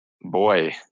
Boy